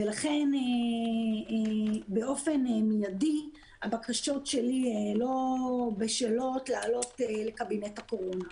ולכן באופן מידי הבקשות שלי לא בשלות לעלות לקבינט הקורונה.